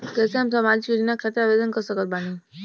कैसे हम सामाजिक योजना खातिर आवेदन कर सकत बानी?